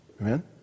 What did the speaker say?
Amen